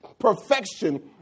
perfection